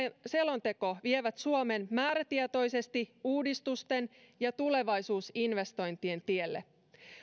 selonteko vievät suomen määrätietoisesti uudistusten ja tulevaisuusinvestointien tielle